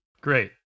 Great